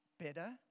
better